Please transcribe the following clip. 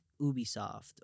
Ubisoft